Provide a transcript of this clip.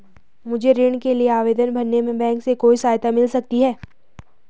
मुझे ऋण के लिए आवेदन भरने में बैंक से कोई सहायता मिल सकती है?